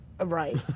Right